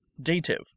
Dative